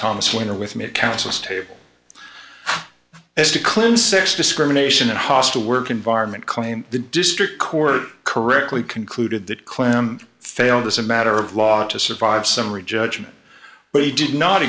thomas winner with mit counsel's table as to clinton sex discrimination and hostile work environment claim the district court correctly concluded that clem failed as a matter of law to survive summary judgment but he did not